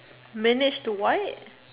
mannish to white